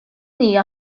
hija